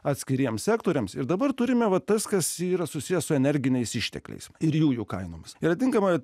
atskiriems sektoriams ir dabar turime va tas kas yra susiję su energiniais ištekliais ir jų kainoms yra tinkama